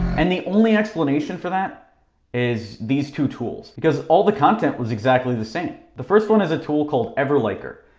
and the only explanation for that is these two tools because all the content was exactly the same. the first one is a tool called everliker.